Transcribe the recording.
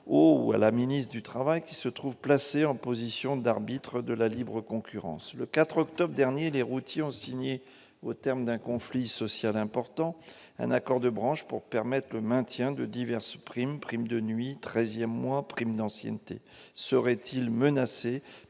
au ministre du travail, qui se trouve placé en position d'arbitre de la libre concurrence. Le 4 octobre dernier, les routiers ont signé, au terme d'un conflit social important, un accord de branche pour permettre le maintien de diverses primes- prime de nuit, treizième mois, prime d'ancienneté. Cet accord est-il menacé